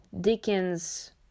Dickens